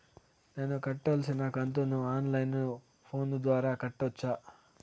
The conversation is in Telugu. నేను కట్టాల్సిన కంతును ఆన్ లైను ఫోను ద్వారా కట్టొచ్చా?